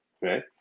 right